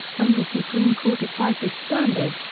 when the supreme court applied this standard,